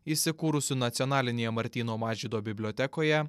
įsikūrusių nacionalinėje martyno mažvydo bibliotekoje